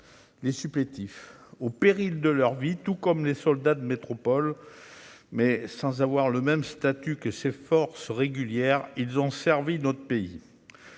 autres supplétifs. Au péril de leur vie, tout comme les soldats de métropole, mais sans bénéficier du même statut que ces forces régulières, ils ont servi notre pays.